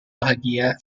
bahagia